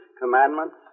commandments